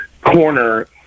corner